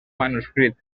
manuscrit